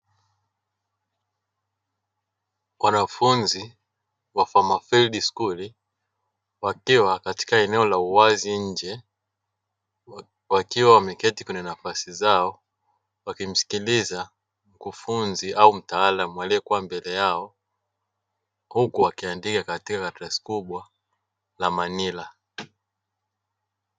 Wanafunzi wa "FARMER FIELD SCHOOL" wakiwa katika eneo la uwazi nje wakiwa wameketi kwenye nafasi zao, wakimsikiliza mkufunzi au mtaalamu aliyekuwa mbele yao huku akiandika katika karatasi kubwa la manila